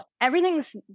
everything's